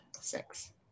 six